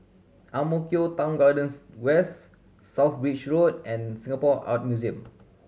Ang Mo Kio Town Garden West South Bridge Road and Singapore Art Museum